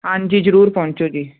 ਹਾਂਜੀ ਜਰੂਰ ਪਹੁੰਚੋ ਜੀ